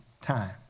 time